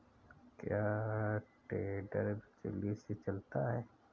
क्या टेडर बिजली से चलता है?